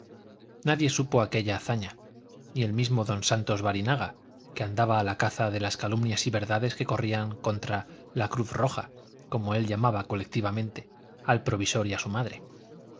nadie supo aquella hazaña ni el mismo don santos barinaga que andaba a caza de las calumnias y verdades que corrían contra la cruz roja como él llamaba colectivamente al provisor y a su madre